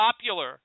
popular